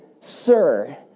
sir